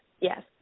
yes